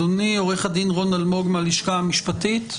אדוני; עורך הדין רון אלמוג מהלשכה המשפטית,